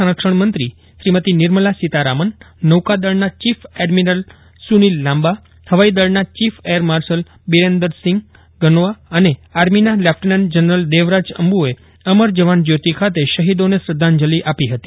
સરંક્ષણ મંત્રી નિર્મલા સીતારામન નોકાદળના chief admiral Sunil Lanba હવાઈ દળના chief air marshal Birender Singh Dhanoa અને આર્મીના લેફટનન્ટ જનરલ દેવરાજ અંબુએ અમર જવાન જ્યોતિ ખાતે શહીદોને શ્રધ્ધાંજલિ આપી હતી